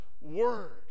word